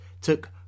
took